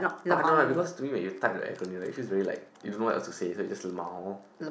I don't know ah because to me when you type the acronym it feels very like you don't know what to associate it with so you just lmao